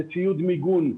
זה ציוד מיגון,